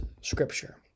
Scripture